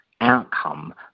outcome